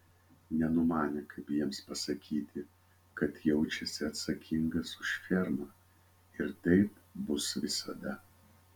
nenumanė kaip jiems pasakyti kad jaučiasi atsakingas už fermą ir taip bus visada